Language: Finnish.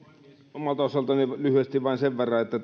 omalta osaltani lyhyesti vain sen verran että